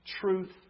truth